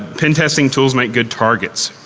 pentesting tools make good targets.